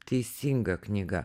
teisinga knyga